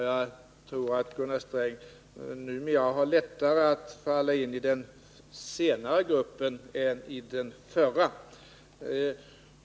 Jag tror att Gunnar Sträng numera har lättare att falla in i den senare gruppen än i den förra.